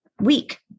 week